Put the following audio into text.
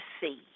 see